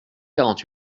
quarante